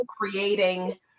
creating